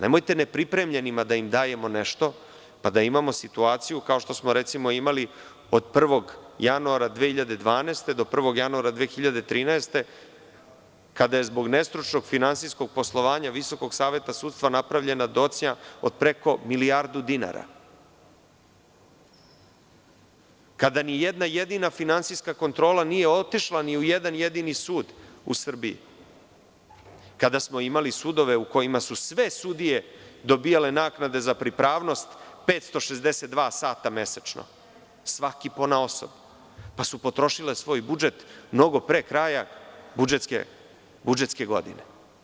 Nemojte nepripremljenima da im dajemo nešto, pa da imamo situaciju, kao što smo recimo imali od 1. januara 2012. do 1. januara 2013. godine, kada je zbog nestručnog finansijskog poslovanja Visokog saveta sudstva napravljena docnja od preko milijardu dinara, kada nijedna jedina finansijska kontrola nije otišla ni u jedan jedini sud u Srbiji, kada smo imali sudove u kojima su sve sudije dobijale naknade za pripravnost 562 sata mesečno, svaki ponaosob, pa su potrošili svoj budžet mnogo pre kraja budžetske godine.